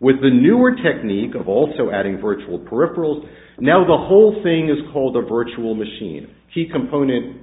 with the newer technique of also adding virtual peripherals now the whole thing is called their virtual machine he component